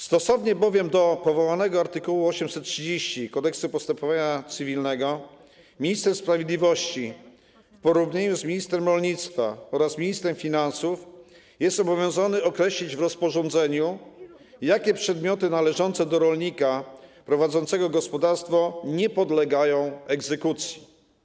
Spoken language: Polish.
Stosownie do przywołanego art. 830 Kodeksu postępowania cywilnego minister sprawiedliwości w porozumieniu z ministrem rolnictwa oraz ministrem finansów jest obowiązany określić w rozporządzeniu, jakie przedmioty należące do rolnika prowadzącego gospodarstwo nie podlegają egzekucji.